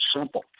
simple